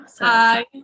Hi